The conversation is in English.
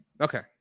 okay